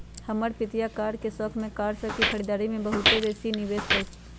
हमर पितिया कार के शौख में कार सभ के खरीदारी में बहुते बेशी निवेश कलखिंन्ह